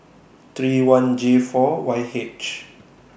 three one J four Y H